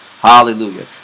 Hallelujah